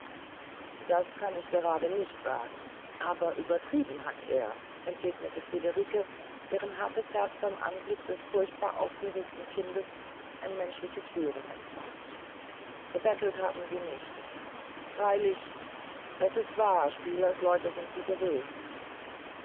das kann ich gerade nicht sagen aber übertrieben hat er entgegnete friederike deren hartes herz beim anblick des furchtbar aufgeregten kinder ein menschliches rühren empfand gebettelt haben sie nicht freilich das ist wahr spielersleute sind sie gewesen